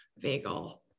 vagal